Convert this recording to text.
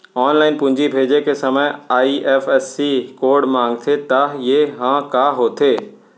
Online पूंजी भेजे के समय आई.एफ.एस.सी कोड माँगथे त ये ह का होथे?